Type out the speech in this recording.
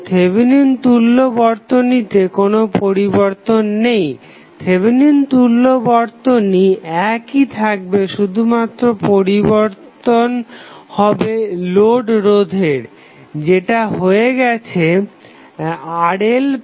তো থেভেনিন তুল্য বর্তনীতে কোনো পরিবর্তন নেই থেভেনিন তুল্য বর্তনী একই থাকবে শুধুমাত্র পরিবর্তন হবে লোড রোধের যেটা এখন হয়ে গেছে RLΔR